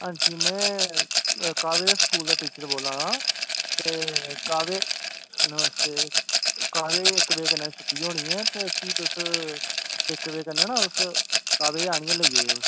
हां जी में कावे दे स्कूल दा टीचर बोला ना ते कावे नमस्ते कावे गी इक बज़े कन्नैं छुट्टी होनी ऐ ते उसी तुस इक बड़े न तुस कावे गी आह्नियै लेई जायो